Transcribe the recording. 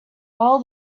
all